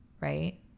right